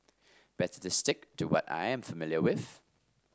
better to stick to what I am familiar with